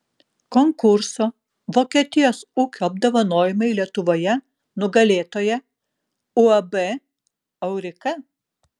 konkurso vokietijos ūkio apdovanojimai lietuvoje nugalėtoja uab aurika